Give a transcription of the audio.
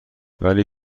ولی